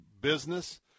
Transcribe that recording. business